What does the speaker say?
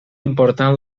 important